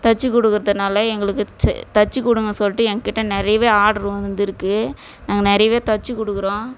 தச்சு கொடுக்குறதுனால எங்களுக்கு செ தச்சு கொடுங்கன்னு சொல்லிட்டு ஏங்கிட்ட நிறையவே ஆர்ட்ரு வந்து இருக்கு நாங்கள் நிறையவே தச்சு கொடுக்குறோம்